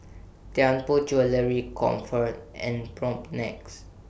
Tianpo Jewellery Comfort and Propnex